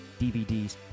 DVDs